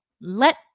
Let